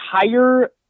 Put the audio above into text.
entire